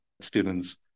students